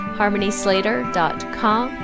harmonyslater.com